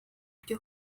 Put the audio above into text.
byo